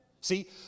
See